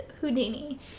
Houdini